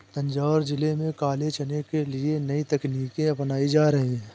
तंजौर जिले में काले चने के लिए नई तकनीकें अपनाई जा रही हैं